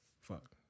fuck